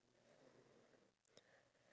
like avatar